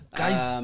guys